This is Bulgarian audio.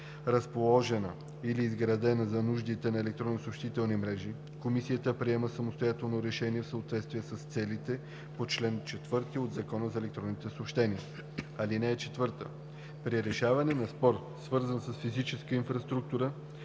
разположена или изградена за нуждите на електронни съобщителни мрежи, Комисията приема самостоятелно решение в съответствие с целите по чл. 4 от Закона за електронните съобщения. (4) При решаване на спор, свързан с физическа инфраструктура,